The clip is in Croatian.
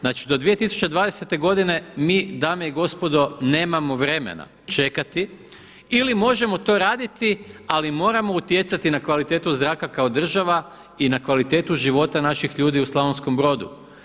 Znači do 2020. godine mi dame i gospodo nemamo vremena čekati, ili možemo to raditi ali moramo utjecati na kvalitetu zraka kao država i na kvalitetu života naših ljudi u Slavonskom Brodu.